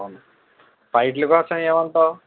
అవును ఫైట్లు కోసం ఏమంటావు